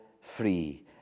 free